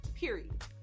Period